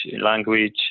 language